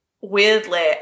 weirdly